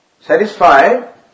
satisfied